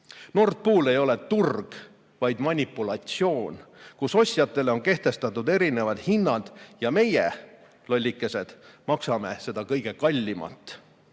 Nord Pool ei ole turg, vaid manipulatsioon, kus ostjatele on kehtestatud erinevad hinnad ja meie, lollikesed, maksame seda kõige kallimat.